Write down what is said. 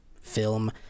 film